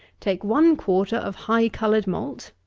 take one quarter of high-coloured malt,